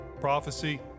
prophecy